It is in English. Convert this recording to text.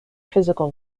physical